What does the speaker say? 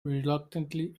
reluctantly